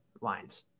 lines